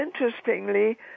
interestingly